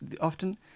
often